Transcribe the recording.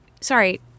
sorry